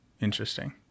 interesting